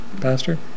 Pastor